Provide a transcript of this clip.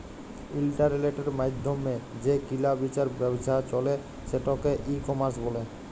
ইলটারলেটের মাইধ্যমে যে কিলা বিচার ব্যাবছা চলে সেটকে ই কমার্স ব্যলে